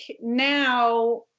now